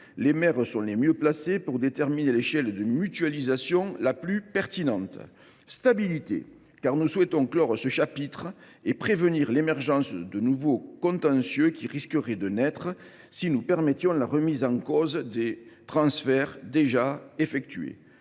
Les maires sont les mieux placés pour déterminer l’échelle de mutualisation la plus pertinente. La stabilité, car nous souhaitons clore ce chapitre et prévenir l’émergence des nouveaux contentieux qui risqueraient de naître si nous permettions la remise en cause des transferts déjà effectués.